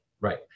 right